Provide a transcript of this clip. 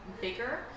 bigger